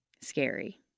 Scary